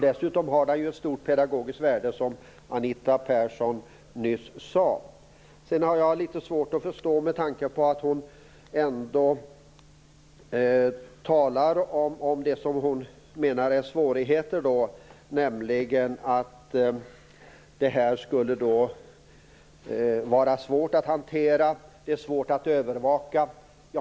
Dessutom har det stort pedagogiskt värde, som Anita Persson nyss sade. Anita Persson talar om svårigheter, nämligen att detta skulle vara svårt att hantera och övervaka.